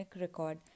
record